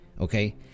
okay